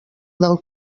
del